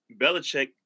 Belichick